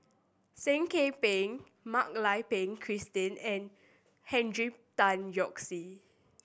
Seah Kian Peng Mak Lai Peng Christine and Tan Yoke See